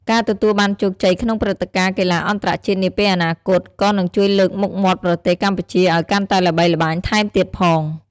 ការទទួលបានជោគជ័យក្នុងព្រឹត្តិការណ៍កីឡាអន្តរជាតិនាពេលអនាគត ក៏នឹងជួយលើកមុខមាត់ប្រទេសកម្ពុជាឱ្យកាន់តែល្បីល្បាញថែមទៀតផងដែរ។